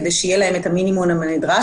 כדי שיהיה להן את המינימום הנדרש,